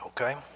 Okay